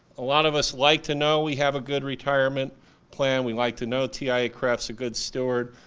a lot of us like to know we have a good retirement plan, we like to know tiaa-cref's a good steward,